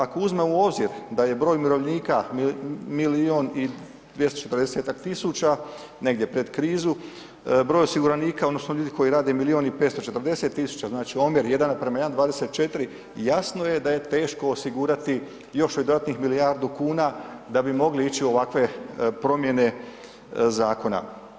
Ako uzmemo u obzir da je broj umirovljenika milijun i 240-tak tisuća, negdje pred krizu, broj osiguranika odnosno ljudi koji rade milijun i 540 tisuća, znači omjer 1:1,24 jasno je da je teško osigurati još dodatnih milijardu kuna da bi mogli ići u ovakve promjene zakona.